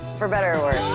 for better or worse.